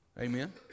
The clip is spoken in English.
Amen